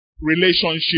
relationship